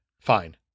Fine